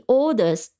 orders